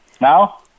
now